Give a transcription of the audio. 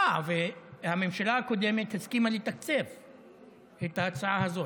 אה, הממשלה הקודמת הסכימה לתקצב את ההצעה הזאת.